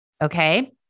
Okay